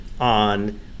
on